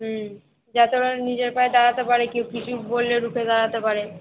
হুম যাতে ওরা নিজের পায়ে দাঁড়াতে পারে কেউ কিছু বললে রুখে দাঁড়াতে পারে